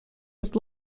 was